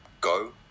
Go